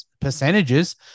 percentages